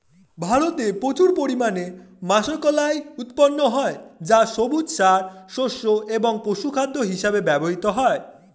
ভারতে প্রচুর পরিমাণে মাষকলাই উৎপন্ন হয় যা সবুজ সার, শস্য এবং পশুখাদ্য হিসেবে ব্যবহৃত হয়